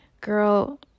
girl